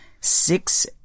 Six